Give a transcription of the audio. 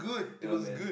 ya man